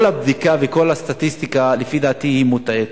כל הבדיקה וכל הסטטיסטיקה לפי דעתי היא מוטעית.